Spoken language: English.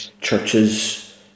churches